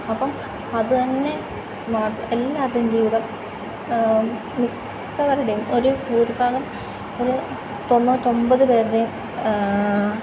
അപ്പം അതുതന്നെ സ്മാ എല്ലാവരുടെയും ജീവിതം മിക്കവരുടെയും ഒരു ഭൂരിഭാഗം ഒരു തൊണ്ണൂറ്റി ഒൻപത് പേരുടെയും